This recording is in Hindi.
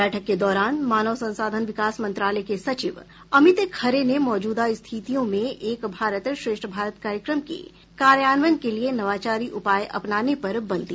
बैठक के दौरान मानव संसाधन विकास मंत्रालय के सचिव अमित खरे ने मौजूदा स्थितियों में एक भारत श्रेष्ठ भारत कार्यक्रम के कार्यान्वयन के लिए नवाचारी उपाय अपनाने पर बल दिया